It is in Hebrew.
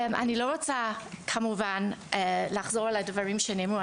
אני לא רוצה כמובן לחזור על הדברים שנאמרו,